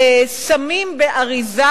שמים באריזה